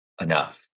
enough